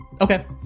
Okay